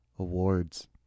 Awards